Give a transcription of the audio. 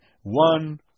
One